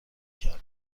کرد